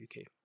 UK